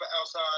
outside